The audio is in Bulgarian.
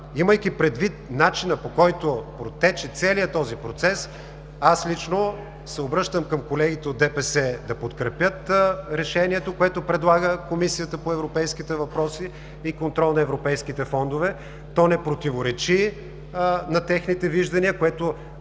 имайки предвид начина, по който протече целия този процес, аз лично се обръщам към колегите от ДПС да подкрепят решението, което предлага Комисията по европейските въпроси и контрол на европейските фондове. То не противоречи на техните виждания, освен